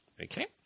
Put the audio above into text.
Okay